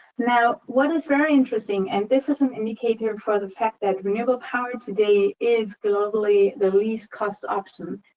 now, what is very interesting and this is an indicator for the fact that renewable power, today, is globally the least cost option.